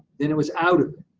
then it was out of it.